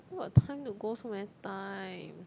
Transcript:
where got time to go so many times